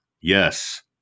Yes